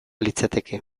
litzateke